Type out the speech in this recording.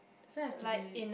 this one have to be